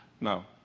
no